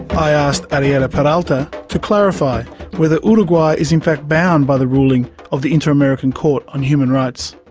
i asked ariela peralta to clarify whether uruguay is in fact bound by the ruling of the inter-american court on human rights.